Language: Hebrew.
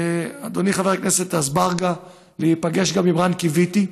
אדוני חבר הכנסת אזברגה, להיפגש גם עם רן קיויתי,